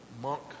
monk